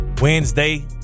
Wednesday